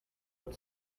but